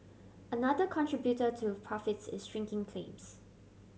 another contributor to profits is shrinking claims